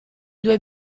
due